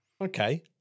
okay